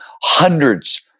Hundreds